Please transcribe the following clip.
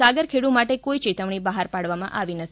સાગરખેડુ માટે કોઈ ચેતવણી બહાર પાડવામાં આવી નથી